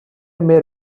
made